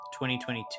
2022